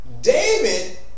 David